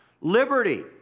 liberty